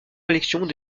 collections